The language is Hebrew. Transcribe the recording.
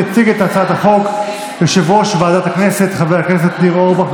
יציג את הצעת החוק יושב-ראש ועדת הכנסת חבר הכנסת ניר אורבך,